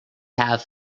have